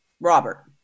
Robert